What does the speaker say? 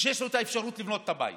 כשיש לו את האפשרות לבנות את הבית,